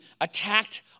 attacked